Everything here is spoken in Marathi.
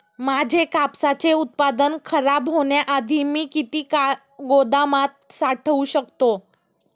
माझे कापसाचे उत्पादन खराब होण्याआधी मी किती काळ गोदामात साठवू शकतो?